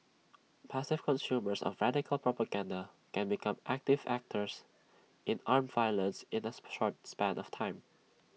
passive consumers of radical propaganda can become active actors in armed violence in A short span of time